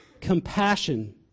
compassion